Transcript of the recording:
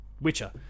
Witcher